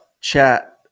chat